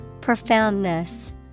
Profoundness